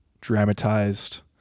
dramatized